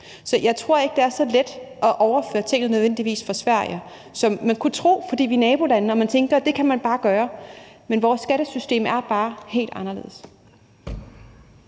nødvendigvis ikke, at det er så let at overføre tingene fra Sverige, som man kunne tro, fordi vi er nabolande og man tænker, at det kan man bare gøre, men vores skattesystem er bare helt anderledes.